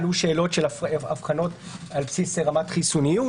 עלו שאלות של הבחנות על בסיס רמת חיסוניות.